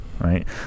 right